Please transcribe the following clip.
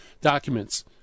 documents